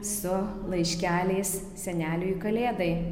su laiškeliais seneliui kalėdai